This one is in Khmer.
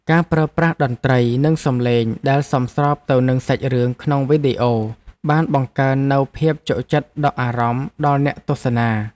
ការប្រើប្រាស់តន្ត្រី និងសំឡេងដែលសមស្របទៅនឹងសាច់រឿងក្នុងវីដេអូបានបង្កើននូវភាពជក់ចិត្តដក់អារម្មណ៍ដល់អ្នកទស្សនា។